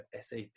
SAP